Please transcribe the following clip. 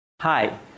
Hi